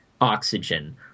oxygen